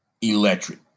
electric